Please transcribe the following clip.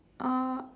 uh